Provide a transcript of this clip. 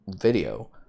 video